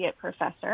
Professor